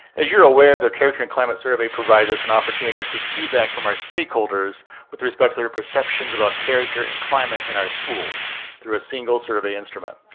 as you're aware, the character and climate survey provides us an opportunity to seek feedback from our stakeholders with respect to their perceptions about character and climate in our schools through a single survey instrument.